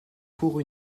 courts